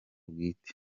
bwite